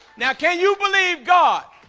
now can you believe god